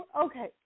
Okay